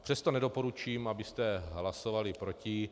Přesto nedoporučím, abyste hlasovali proti.